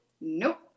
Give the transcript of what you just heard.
Nope